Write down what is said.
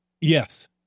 Yes